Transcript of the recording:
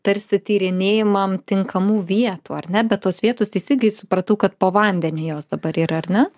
tarsi tyrinėjimam tinkamų vietų ar ne bet tos vietos teisingai supratau kad po vandeniu jos dabar yra ar ne